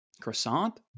croissant